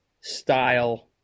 style